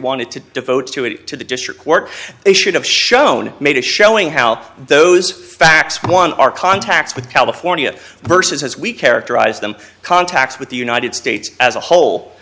wanted to devote to it to the district court they should have shown made a showing how those facts one are contacts with california versus as we characterize them contacts with the united states as a whole